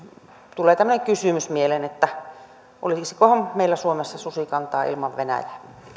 tulee tämmöinen kysymys mieleen että olisikohan meillä suomessa susikantaa ilman venäjää